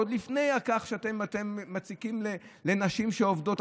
עוד לפני כך שאתם מציקים לנשים שעובדות.